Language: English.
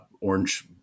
orange